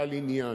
בעל עניין.